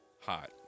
hot